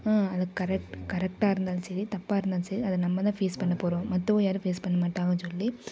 அது கரெக்ட் கரெக்டாக இருந்தாலும் சரி தப்பாக இருந்தாலும் சரி அது நம்மதான் ஃபேஸ் பண்ணப் போகிறோம் மத்தவுங்க யாரும் ஃபேஸ் பண்ண மாட்டாங்க சொல்லி